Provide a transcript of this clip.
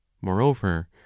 moreover